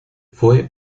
fue